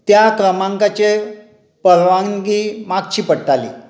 त्या क्रमांकाचेर परवानगी मागची पडटाली